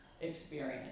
experience